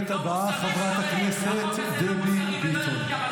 הדוברת הבאה, חברת הכנסת דבי ביטון.